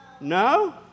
No